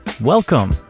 welcome